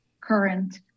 current